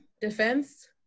defense